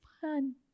fun